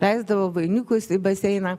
leisdavo vainikus į baseiną